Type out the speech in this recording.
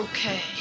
Okay